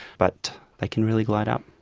but they can really light up.